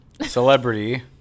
celebrity